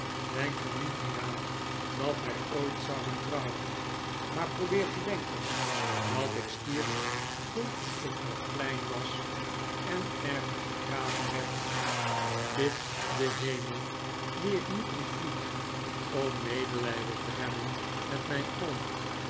denk er niet meer aan dat wij ooit zouden trouwen maar probeer te denken dat ik stierf toen ik nog klein was en ergens begraven werd bid den herriel dien ik nu ontvlied om medelijden te hebben met mijn oom